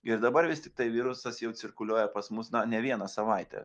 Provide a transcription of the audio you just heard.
ir dabar vis tik tai virusas jau cirkuliuoja pas mus na ne vieną savaitę